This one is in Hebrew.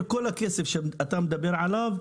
כל הכסף שאתה מדבר עליו,